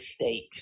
state